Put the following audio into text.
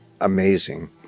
amazing